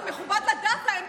זה מכובד לדעת את האמת,